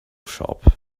shop